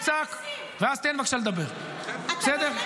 תצעק, ואז תן בבקשה לדבר, בסדר?